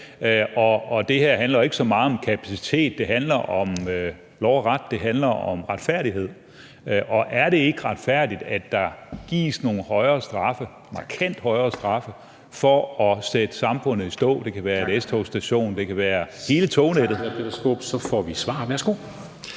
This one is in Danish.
Det her handler jo ikke så meget om kapacitet, det handler om lov og ret, det handler om retfærdighed. Og er det ikke retfærdigt, at der gives nogle markant højere straffe for at sætte samfundet i stå – det kan være en S-togsstation, det kan være hele tognettet? Kl. 13:31